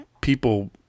people